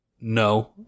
no